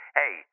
hey